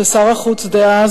כששר החוץ דאז,